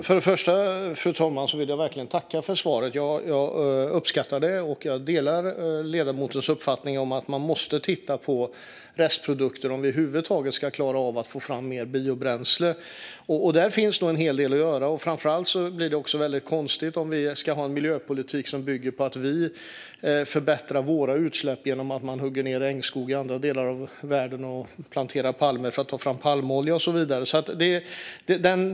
Fru talman! För det första vill jag verkligen tacka för svaret. Jag uppskattar det, och jag delar ledamotens uppfattning att vi måste titta på restprodukter om vi över huvud taget ska klara av att få fram mer biobränsle. Där finns nog en hel del att göra. Framför allt blir det väldigt konstigt om vi ska ha en miljöpolitik som bygger på att vi förbättrar våra utsläpp genom att man hugger ned regnskog i andra delar av världen och planterar palmer för att ta fram palmolja och så vidare.